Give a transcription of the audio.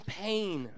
pain